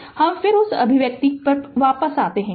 तो हम फिर से उस अभिव्यक्ति पर वापस जाएंगे